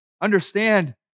Understand